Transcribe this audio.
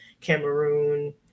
Cameroon